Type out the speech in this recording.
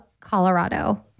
Colorado